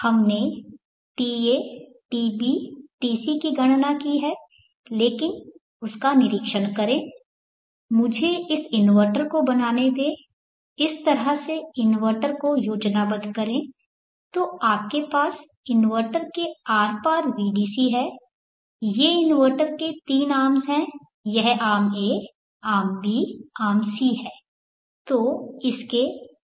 हमने ta tb tc की गणना की है लेकिन उसका निरीक्षण करें मुझे इस इन्वर्टर को बनाने दें इस तरह से इन्वर्टर को योजनाबद्ध करें तो आपके पास इन्वर्टर के आर पार vdc हैं ये इन्वर्टर के 3 आर्म्स हैं यह arm a arm b arm c है